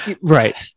Right